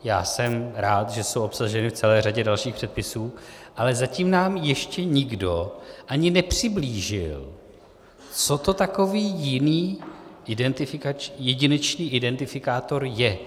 Já jsem rád, že jsou obsaženy v celé řadě dalších předpisů, ale zatím nám ještě nikdo ani nepřiblížil, co to takový jiný jedinečný identifikátor je.